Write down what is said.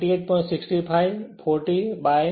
65 40 by 28